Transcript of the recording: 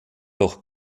durch